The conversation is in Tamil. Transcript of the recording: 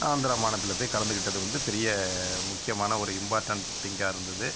ஆந்திரா மாநிலத்தில் போய் கலந்துக்கிட்டது வந்து பெரிய முக்கியமான ஒரு இம்பார்டெண்ட் திங்காக இருந்தது